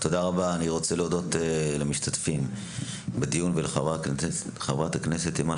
אני רוצה להודות למשתתפים ולחברת הכנסת אימן